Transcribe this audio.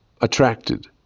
attracted